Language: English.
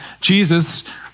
Jesus